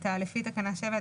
לפי תקנה 7,